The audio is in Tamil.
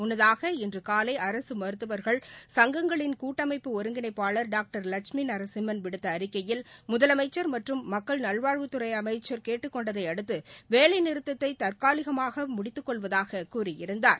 முன்னதாக இன்று காலை அரசு மருத்துவர்கள் சங்கங்களின் கூட்டமைப்பு ஒருங்கிணைப்பாளர் டாக்டர் லட்சுமி நரசிம்மன் விடுத்த அறிக்கையில் முதலமைச்சர் மற்றும் மக்கள்நல்வாழ்வத்துறை அமைச்சர் கேட்டுக்கொண்டதைபடுத்து வேலைநிறுத்தத்தை தற்காலிகமாக முடித்துக்கொள்வதாக கூறியிருந்தார்